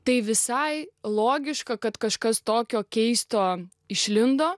tai visai logiška kad kažkas tokio keisto išlindo